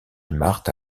marthe